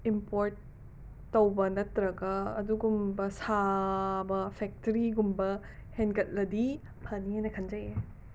import ꯇꯧꯕ ꯅꯠꯇ꯭ꯔꯒ ꯑꯗꯨꯒꯨꯝꯕ ꯁꯥꯕ ꯐꯦꯛꯇ꯭ꯔꯤꯒꯨꯝꯕ ꯍꯦꯟꯒꯠꯂꯗꯤ ꯐꯅꯦꯅ ꯈꯟꯖꯩ ꯑꯩꯅ